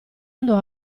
andò